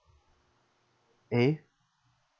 eh